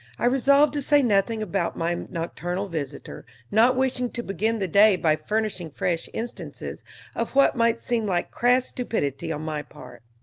i resolved to say nothing about my nocturnal visitor, not wishing to begin the day by furnishing fresh instances of what might seem like crass stupidity on my part.